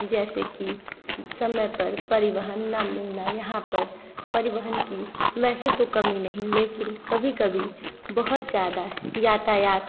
जैसे कि समय पर परिवहन ना मिलना यहाँ पर परिवहन की वैसे तो कमी नहीं लेकिन कभी कभी बहुत ज़्यादा यातायात